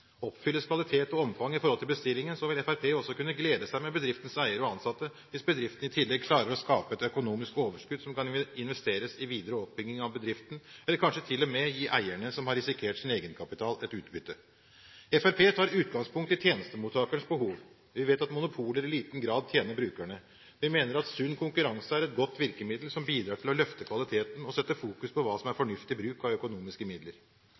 Oppfylles kvalitet og omfang i forhold til bestillingen, vil Fremskrittspartiet også kunne glede seg med bedriftens eiere og ansatte, hvis bedriften i tillegg klarer å skape et økonomisk overskudd som kan investeres i videre oppbygging av bedriften, eller kanskje til og med gi eierne som har risikert sin egenkapital, et utbytte. Fremskrittspartiet tar utgangspunkt i tjenestemottakerens behov. Vi vet at monopoler i liten grad tjener brukerne. Vi mener at sunn konkurranse er et godt virkemiddel som bidrar til å løfte kvaliteten og setter fokus på hva som er fornuftig bruk av økonomiske midler.